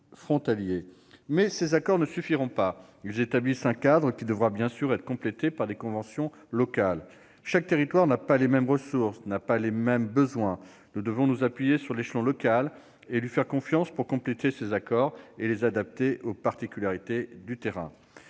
mais ils ne suffiront pas. Ils établissent un cadre qui devra bien sûr être complété par des conventions locales. Tous les territoires n'ont pas les mêmes ressources ni les mêmes besoins. Nous devons nous appuyer sur l'échelon local et lui faire confiance pour compléter ces accords et les adapter aux particularités du terrain.